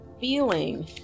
feeling